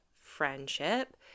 friendship